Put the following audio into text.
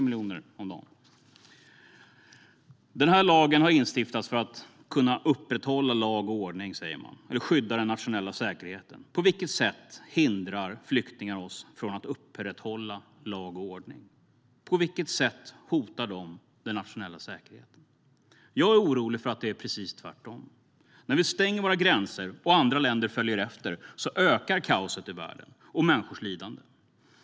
Man säger att den här lagen har instiftats för att man ska kunna upprätthålla lag och ordning eller skydda den nationella säkerheten. På vilket sätt hindrar flyktingar oss från att upprätthålla lag och ordning? På vilket sätt hotar de den nationella säkerheten? Jag är orolig för att det är precis tvärtom. När vi stänger våra gränser och andra länder följer efter ökar kaoset i världen och människors lidande.